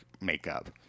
makeup